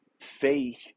faith